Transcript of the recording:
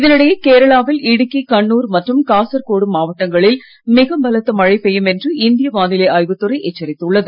இதனிடையே கேரளாவில் இடுக்கி கண்ணூர் மற்றும் காசர்கோடு மாவட்டங்களில் மிக பலத்த மழை பெய்யும் என்று இந்திய வானிலை ஆய்வுத் துறை எச்சரித்துள்ளது